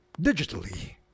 digitally